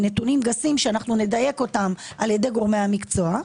מנתונים גסים שנדייק אותם על ידי גורמי המקצוע,